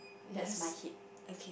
that's my hip O K